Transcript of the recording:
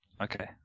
Okay